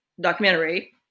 documentary